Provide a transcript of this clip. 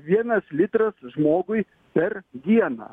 vienas litras žmogui per dieną